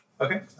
Okay